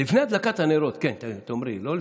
לפני הדלקת הנרות תאמרי, לא לפני,